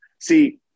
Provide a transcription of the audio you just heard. See